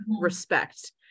Respect